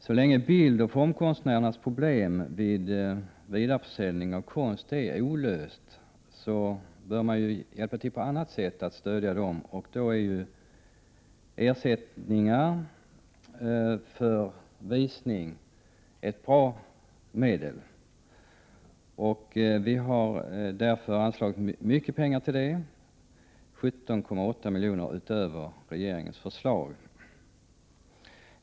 Så länge frågan om bildoch formkonstnärernas problem med att få ersättning vid vidareförsäljning av konst är olöst bör man i stället stödja dem på annat sätt, och i det sammanhanget är visningsersättningar en möjlighet. Vi vill därför att det skall anslås mycket pengar till sådana, 17,8 miljoner utöver regeringens förslag.